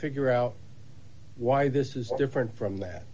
figure out why this is different from that